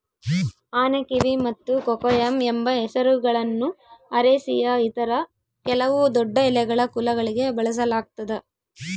ಆನೆಕಿವಿ ಮತ್ತು ಕೊಕೊಯಮ್ ಎಂಬ ಹೆಸರುಗಳನ್ನು ಅರೇಸಿಯ ಇತರ ಕೆಲವು ದೊಡ್ಡಎಲೆಗಳ ಕುಲಗಳಿಗೆ ಬಳಸಲಾಗ್ತದ